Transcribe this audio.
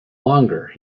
longer